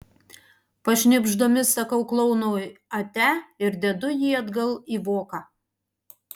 pašnibždomis sakau klounui ate ir dedu jį atgal į voką